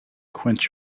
quench